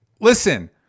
listen